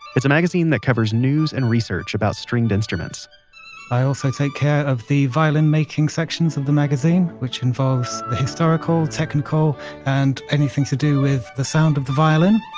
it's a magazine that covers news and research about stringed instruments i also take care of the violin making sections of the magazine, which involves the historical, technical and anything to do with the sound of the violin